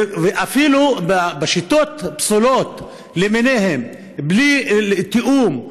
ואפילו בשיטות פסולות למיניהן, בלי תיאום,